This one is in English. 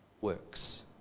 works